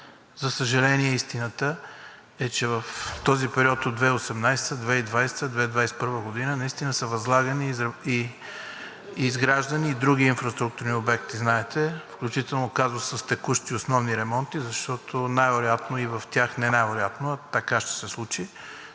За съжаление, истината е, че в този период от 2018-а, 2020-а, 2021 г. наистина са възлагани и изграждани и други инфраструктурни обекти, знаете, включително казусът с текущи и основни ремонти. Най-вероятно и в тях, не най-вероятно, а така ще се случи